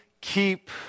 keep